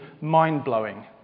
mind-blowing